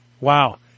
Wow